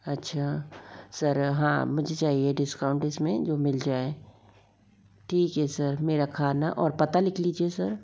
अच्छा सर हाँ मुझे चाहिए डिस्काउंट इसमें जो मिल जाए ठीक है सर मेरा खाना और पता लिख लिजिए सर